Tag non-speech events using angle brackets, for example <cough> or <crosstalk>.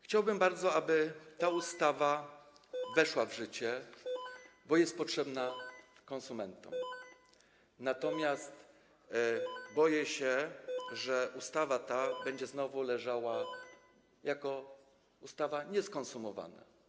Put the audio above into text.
Chciałbym bardzo, aby <noise> ta ustawa weszła w życie, bo ona jest potrzebna konsumentom, natomiast boję się, że ona będzie leżała jako ustawa nieskonsumowana.